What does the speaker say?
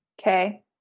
Okay